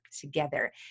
together